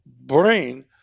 brain